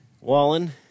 Wallen